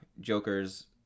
Joker's